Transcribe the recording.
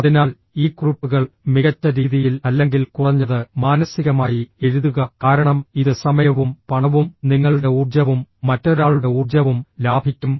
അതിനാൽ ഈ കുറിപ്പുകൾ മികച്ച രീതിയിൽ അല്ലെങ്കിൽ കുറഞ്ഞത് മാനസികമായി എഴുതുക കാരണം ഇത് സമയവും പണവും നിങ്ങളുടെ ഊർജ്ജവും മറ്റൊരാളുടെ ഊർജ്ജവും ലാഭിക്കും